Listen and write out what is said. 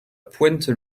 pointe